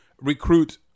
recruit